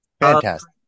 fantastic